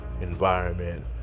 environment